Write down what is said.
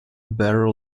barrel